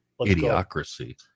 Idiocracy